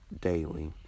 daily